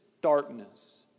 darkness